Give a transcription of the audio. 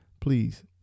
please